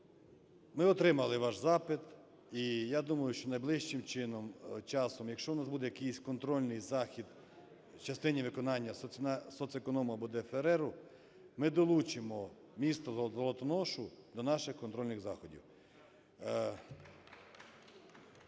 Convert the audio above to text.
Ми отримали ваш запит. І я думаю, що найближчим часом, якщо у нас буде якийсь контрольних захід в частині виконання соцеконому або ДФРРу, ми долучимо місто Золотоношу до наших контрольних заходів.